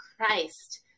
Christ